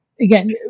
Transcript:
again